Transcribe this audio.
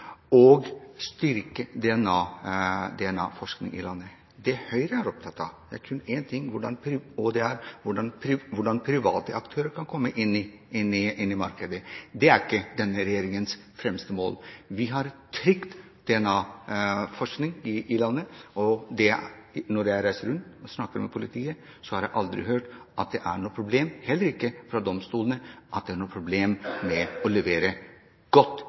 og styrke DNA-forskningen i landet. Det Høyre er opptatt av, er kun én ting, og det er hvordan private aktører kan komme inn i markedet. Det er ikke denne regjeringens fremste mål. Vi har trygg DNA-forskning i landet. Når jeg reiser rundt og snakker med politiet, har jeg aldri hørt at det er noe problem, heller ikke for domstolene er det noe problem. Det leveres godt forskningsmateriale og etterforskningsmateriale til domstolene i Norge. Representanten besvarte ikke spørsmålet. Spørsmålet handlet om hvorvidt representanten Chaudhry synes det er greit med